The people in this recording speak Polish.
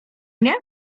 mnie